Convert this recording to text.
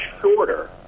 shorter